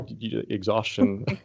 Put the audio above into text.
exhaustion